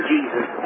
Jesus